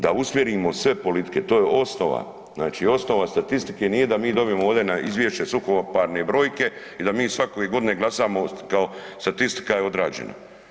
Da usmjerimo sve politike, to je osnova, znači osnova statistike nije da mi dobijemo ovdje na izvješće suhoparne brojke i da mi svake godine glasamo kao, statistika je odrađena.